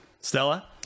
Stella